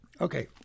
Okay